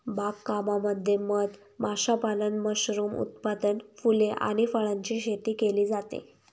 बाग कामामध्ये मध माशापालन, मशरूम उत्पादन, फुले आणि फळांची शेती केली जाते